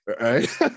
right